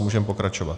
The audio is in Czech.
Můžeme pokračovat.